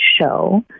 show